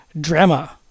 drama